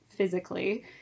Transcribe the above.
physically